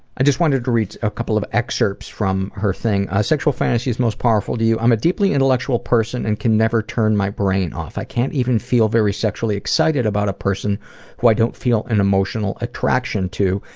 i just wanted to read a couple of excerpts from her thing. um, sexual fantasies most powerful to you, i'm a deeply intellectual person and can never turn my brain off. i can't even feel very sexually excited about a person who i don't feel an emotional attraction to,